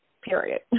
Period